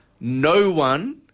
no-one